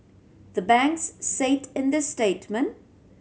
the banks said in the statement